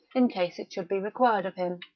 in case it should be required of him.